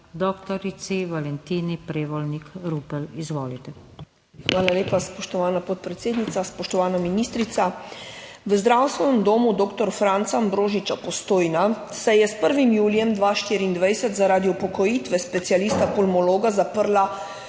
dr. Valentini Prevolnik Rupel. Izvolite. **IVA DIMIC (PS NSi):** Hvala lepa, spoštovana podpredsednica. Spoštovana ministrica! V Zdravstvenem domu dr. Franca Ambrožiča Postojna se je s 1. julijem 2024 zaradi upokojitve specialista pulmologa zaprla